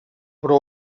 però